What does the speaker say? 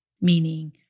meaning